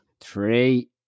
Three